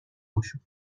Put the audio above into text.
گشود